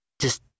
Just